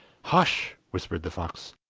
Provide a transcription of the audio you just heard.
hush! whispered the fox,